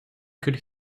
could